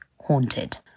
haunted